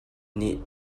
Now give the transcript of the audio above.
nih